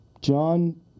John